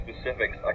specifics